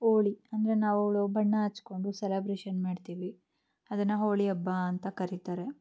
ಹೋಳಿ ಅಂದರೆ ನಾವ್ಗಳು ಬಣ್ಣ ಹಚ್ಚಿಕೊಂಡು ಸೆಲಬ್ರೇಷನ್ ಮಾಡ್ತೀವಿ ಅದನ್ನು ಹೋಳಿ ಹಬ್ಬ ಅಂತ ಕರೀತಾರೆ